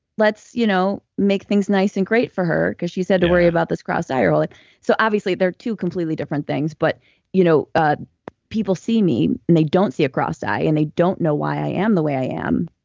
let's you know make things nice and great for her because she's had to worry about this crossed eye. like so obviously, they're two completely different things, but you know ah people see me, and they don't see a crossed eye, and they don't know why i am the way i am.